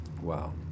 Wow